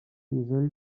jigsaw